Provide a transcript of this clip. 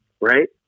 right